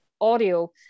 audio